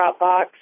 Dropbox